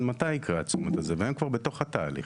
מתי יקרה הצומת הזה והם כבר בתוך התהליך,